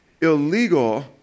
illegal